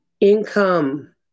income